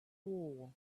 war